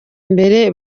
mbere